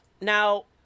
Now